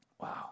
Wow